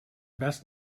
best